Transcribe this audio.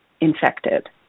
infected